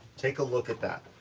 take a look at that.